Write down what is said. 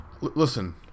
listen